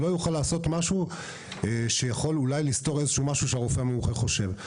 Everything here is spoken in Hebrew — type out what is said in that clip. הוא לא יוכל לעשות משהו שיכול אולי לסתור משהו שהרופא המומחה חושב.